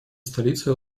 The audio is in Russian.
столицей